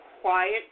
quiet